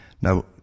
Now